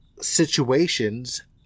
situations